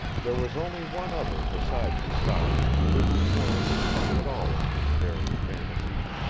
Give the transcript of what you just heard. there was only one other beside patrasche to whom nello could talk at all of his daring fantasies.